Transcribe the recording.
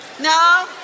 No